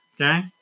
Okay